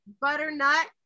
butternut